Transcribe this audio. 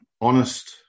honest